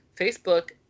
Facebook